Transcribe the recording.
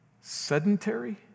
sedentary